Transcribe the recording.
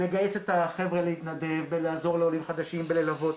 לגייס את החבר'ה להתנדב ולעזור לעולים חדשים וללוות.